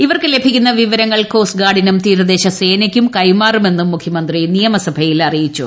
ഇവർക്ക് ലഭിക്കുന്ന വിവരങ്ങൾ കോസ്റ്റ് ഗാർഡിനും തീരദേശ സേനയ്ക്കും കൈമാറുമെന്നും മുഖ്യമന്ത്രി നിയമസഭയിൽ അറിയിച്ചു